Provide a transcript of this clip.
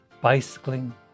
bicycling